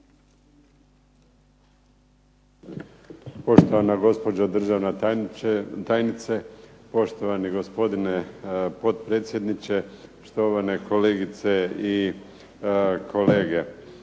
Poštovana gospođo državna tajnice, poštovani gospodine potpredsjedniče, štovane kolegice i kolege.